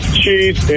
cheese